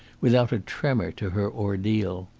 without a tremor to her ordeal.